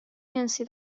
جنسی